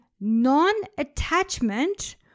non-attachment